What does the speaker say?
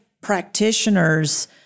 practitioners